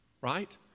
right